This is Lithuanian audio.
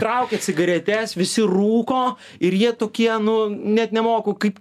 traukia cigaretes visi rūko ir jie tokie nu net nemoku kaip